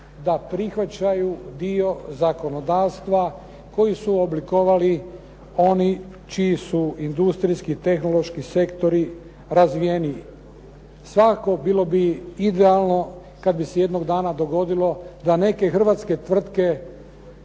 da prihvaćaju dio zakonodavstva koji su oblikovali oni čiji su industrijski tehnološki sektori razvijeniji. Svakako, bilo bi idealno kad bi se jednog dana dogodilo da neke hrvatske tvrtke